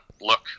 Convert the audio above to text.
look